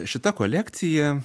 šita kolekcija